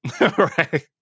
right